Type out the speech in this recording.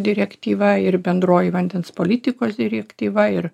direktyva ir bendroji vandens politikos direktyva ir